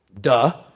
duh